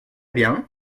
bien